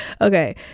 okay